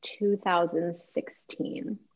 2016